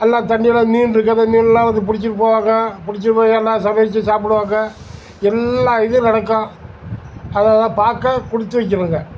எல்லா தண்ணியில் மீன் இருக்கறதை மீன்லாம் வந்து பிடிச்சிட்டு போவாங்க பிடிச்சி போயி எல்லாம் சமைச்சு சாப்பிடுவாங்க எல்லா இதுவும் நடக்கும் அவ்வளோதான் பார்க்க கொடுத்து வைக்கணுங்க